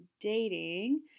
dating